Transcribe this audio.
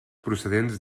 procedents